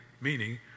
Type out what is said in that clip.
meaning